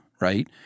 right